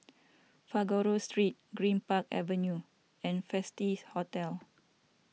Figaro Street Greenpark Avenue and Festive Hotel